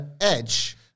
Edge